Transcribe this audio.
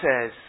says